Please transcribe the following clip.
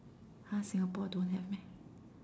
!huh! Singapore don't have meh